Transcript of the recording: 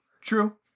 True